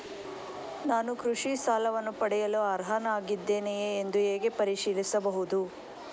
ನಾನು ಕೃಷಿ ಸಾಲವನ್ನು ಪಡೆಯಲು ಅರ್ಹನಾಗಿದ್ದೇನೆಯೇ ಎಂದು ಹೇಗೆ ಪರಿಶೀಲಿಸಬಹುದು?